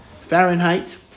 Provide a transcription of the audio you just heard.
Fahrenheit